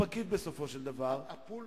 שבסופו של דבר הוא פקיד.